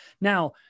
Now